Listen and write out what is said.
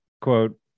quote